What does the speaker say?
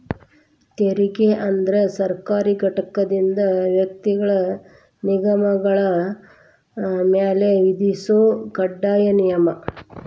ತೆರಿಗೆ ಅಂದ್ರ ಸರ್ಕಾರಿ ಘಟಕದಿಂದ ವ್ಯಕ್ತಿಗಳ ನಿಗಮಗಳ ಮ್ಯಾಲೆ ವಿಧಿಸೊ ಕಡ್ಡಾಯ ನಿಯಮ